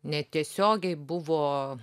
netiesiogiai buvo